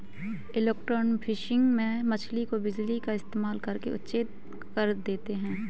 electrofishing में मछली को बिजली का इस्तेमाल करके अचेत कर देते हैं